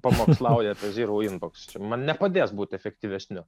pamokslauja apie zyrau inboks man nepadės būti efektyvesniu